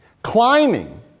Climbing